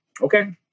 okay